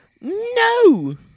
no